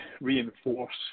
reinforce